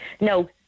No